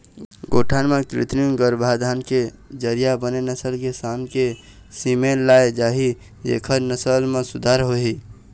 गौठान म कृत्रिम गरभाधान के जरिया बने नसल के सांड़ के सीमेन लाय जाही जेखर नसल म सुधार होही